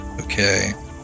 Okay